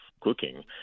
cooking